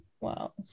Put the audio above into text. Wow